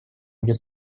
будет